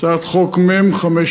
הצעות חוק מ/584.